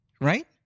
right